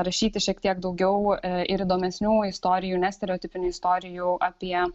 rašyti šiek tiek daugiau ir įdomesnių istorijų nestereotipinių istorijų apie